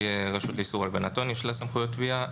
לרשות לאיסור הלבנת הון יש סמכויות תביעה.